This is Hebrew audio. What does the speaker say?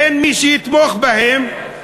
אין מי שיתמוך בהן,